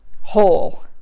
whole